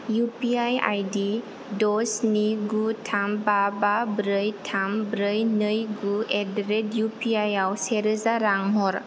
U P I I D द' स्नि गु थाम बा बा ब्रै थाम ब्रै नै गु at the rate U P I आव से रोजा रां हर